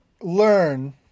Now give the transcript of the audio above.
learn